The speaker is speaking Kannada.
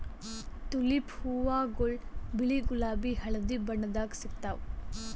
ತುಲಿಪ್ ಹೂವಾಗೊಳ್ ಬಿಳಿ ಗುಲಾಬಿ ಹಳದಿ ಬಣ್ಣದಾಗ್ ಸಿಗ್ತಾವ್